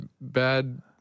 bad